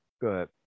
good